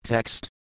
Text